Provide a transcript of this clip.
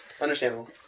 Understandable